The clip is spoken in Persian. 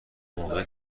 موقع